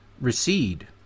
recede